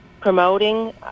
promoting